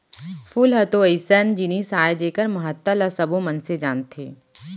फूल ह तो अइसन जिनिस अय जेकर महत्ता ल सबो मनसे जानथें